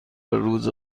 روز